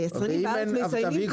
היצרנים בארץ מסמנים,